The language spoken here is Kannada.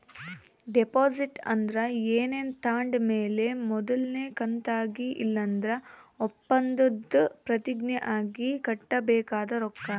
ಡೆಪಾಸಿಟ್ ಅಂದ್ರ ಏನಾನ ತಾಂಡ್ ಮೇಲೆ ಮೊದಲ್ನೇ ಕಂತಾಗಿ ಇಲ್ಲಂದ್ರ ಒಪ್ಪಂದುದ್ ಪ್ರತಿಜ್ಞೆ ಆಗಿ ಕಟ್ಟಬೇಕಾದ ರೊಕ್ಕ